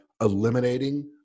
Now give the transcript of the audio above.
eliminating